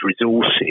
resources